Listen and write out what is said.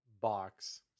box